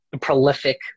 prolific